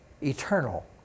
eternal